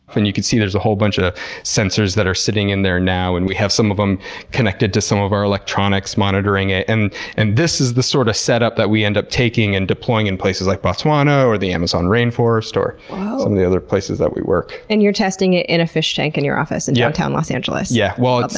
and you can see there's a whole bunch of sensors that are sitting in there now and we have some of them connected to some of our electronics monitoring it. and and this is the sort of setup that we end up taking and deploying in places like botswana, or the amazon rainforest, or some of the other places that we work. and you're testing it in a fish tank in your office in downtown los angeles. yeah, well,